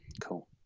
Cool